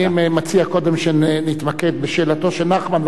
אני מציע קודם שנתמקד בשאלתו של נחמן,